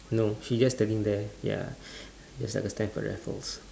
no he just standing there ya just like the stamford raffles